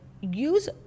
use